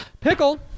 Pickle